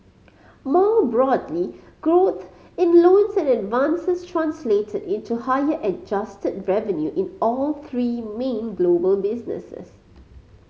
more broadly growth in loans and advances translated into higher adjusted revenue in all three main global businesses